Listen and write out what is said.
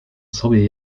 sobie